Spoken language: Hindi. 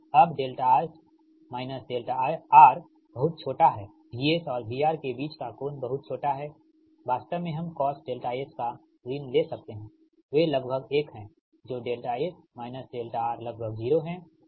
अब δS − δR बहुत छोटा हैVS और VR के बीच का कोण बहुत छोटा है वास्तव में हम cos δS का ऋण ले सकते हैं वे लगभग 1 हैं जो δS δR लगभग 0 है